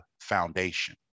foundation